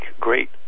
great